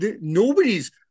nobody's